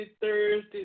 Thursday